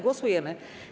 Głosujemy.